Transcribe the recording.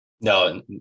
no